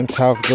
talk